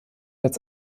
als